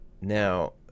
now